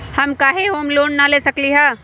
हम काहे home loan न ले सकली ह?